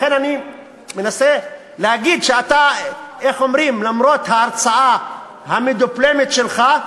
לכן אני מנסה להגיד שלמרות ההרצאה המדופלמת שלך,